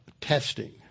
testing